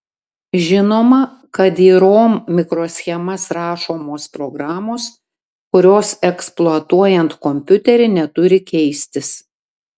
žinoma kad į rom mikroschemas rašomos programos kurios eksploatuojant kompiuterį neturi keistis